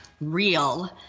real